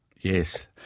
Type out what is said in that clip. Yes